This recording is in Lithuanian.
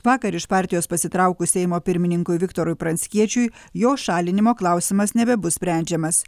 vakar iš partijos pasitraukus seimo pirmininkui viktorui pranckiečiui jo šalinimo klausimas nebebus sprendžiamas